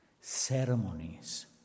ceremonies